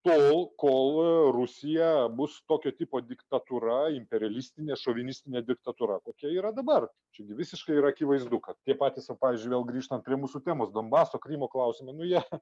tol kol rusija bus tokio tipo diktatūra imperialistinė šovinistinė diktatūra kokia yra dabar čia gi visiškai yra akivaizdu kad tie patys va pavyzdžiui grįžtant prie mūsų temos donbaso krymo klausimų nu jie